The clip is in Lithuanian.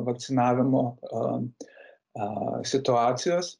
vakcinavimo a a situacijos